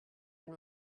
and